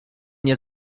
nie